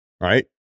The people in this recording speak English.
right